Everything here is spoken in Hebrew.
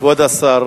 כבוד השר